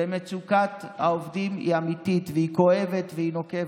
ומצוקת העובדים היא אמיתית והיא כואבת והיא נוקבת,